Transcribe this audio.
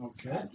Okay